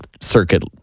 circuit